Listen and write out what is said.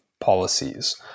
policies